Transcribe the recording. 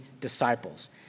disciples